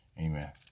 Amen